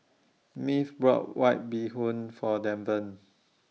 Maeve brought White Bee Hoon For Deven